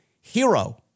hero